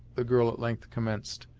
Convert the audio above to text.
the girl at length commenced,